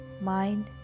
mind